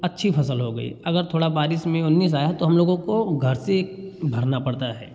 अच्छी फसल हो गई अगर थोड़ा बारिश में उन्नीस आया तो हम लोगों को घर से भरना पड़ता है